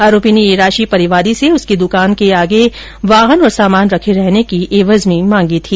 आरोपी ने यह राशि परिवादी से उसकी दुकान के आगे वाहन और सामान रखे रहने की एवज में मांगी थी